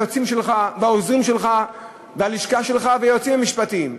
וגם היועצים שלך והעוזרים שלך והלשכה שלך והיועצים המשפטיים.